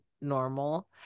normal